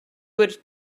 would